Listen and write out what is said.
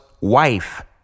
wife